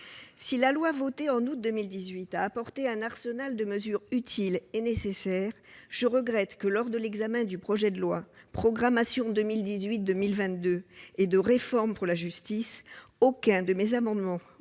Si la loi votée en août 2018 a instauré un arsenal de mesures utiles et nécessaires, je regrette que, lors de l'examen de la loi de programmation 2018-2022 et de réforme pour la justice, aucun de mes amendements